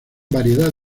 variedad